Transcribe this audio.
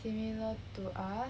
similar to us